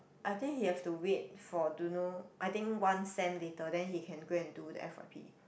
I think he have to wait for don't know I think one sem later then he can go and do the f_y_p